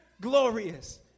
glorious